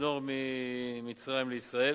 בצינור ממצרים לישראל.